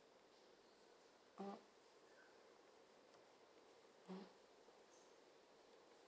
uh mmhmm